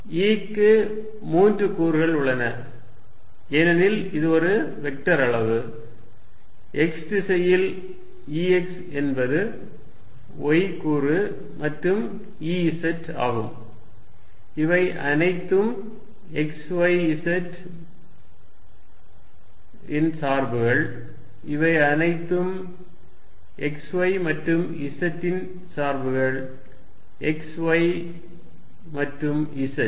E க்கு 3 கூறுகள் உள்ளன ஏனெனில் இது ஒரு வெக்டர் அளவு x திசையில் E x என்பது y கூறு மற்றும் E z ஆகும் இவை அனைத்தும் x y மற்றும் z இன் சார்புகள் இவை அனைத்தும் x y மற்றும் z இன் சார்புகள் x y மற்றும் z